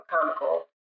comical